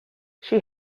she